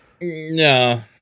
No